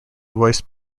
voiced